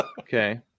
Okay